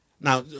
Now